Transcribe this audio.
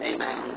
Amen